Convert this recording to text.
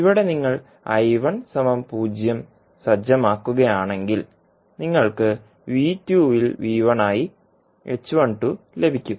ഇവിടെ നിങ്ങൾ 0 സജ്ജമാക്കുകയാണെങ്കിൽ നിങ്ങൾക്ക് ൽ ആയി ലഭിക്കും